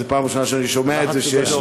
זו הפעם הראשונה שאני שומע את זה,